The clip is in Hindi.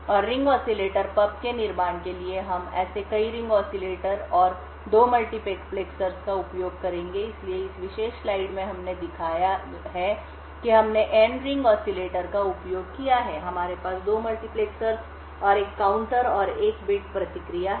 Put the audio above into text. और रिंग ऑसिलेटर पब के निर्माण के लिए हम ऐसे कई रिंग ऑसिलेटर और 2 मल्टीप्लेक्सर्स का उपयोग करेंगे इसलिए इस विशेष स्लाइड में हमने दिखाया है कि हमने एन रिंग ऑसिलेटर का उपयोग किया है हमारे पास 2 मल्टीप्लेक्सर्स और एक काउंटर और 1 बिट प्रतिक्रिया है